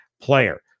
player